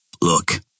Look